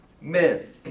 men